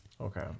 Okay